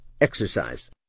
Exercise